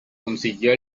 consiguió